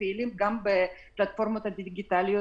גם בפלטפורמות הדיגיטליות,